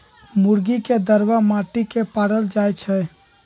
मुर्गी के दरबा माटि के पारल जाइ छइ